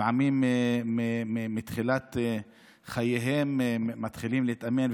לפעמים מתחילת חייהם הם מתחילים להתאמן,